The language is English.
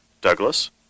Douglas